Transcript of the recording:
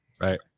Right